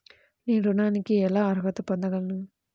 నేను ఋణానికి ఎలా అర్హత పొందగలను?